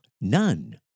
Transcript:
none